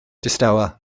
distawa